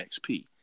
XP